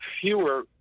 fewer